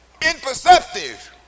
Imperceptive